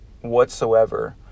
whatsoever